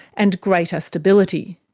and greater stability.